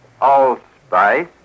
allspice